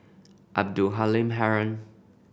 Abdul Halim Haron